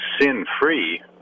sin-free